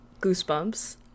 goosebumps